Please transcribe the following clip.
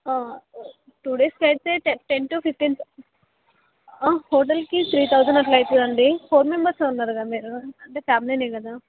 two డేస్కు అయితే ten ten to fifteen హోటల్కి త్రీ థౌసండ్ అట్ల అవుతుంది అండి ఫోర్ మెంబర్స్ ఉన్నారు కదా మీరు అంటే ఫ్యామిలీ కదా